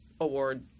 award